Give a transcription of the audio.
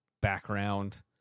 background